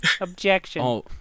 Objection